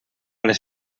les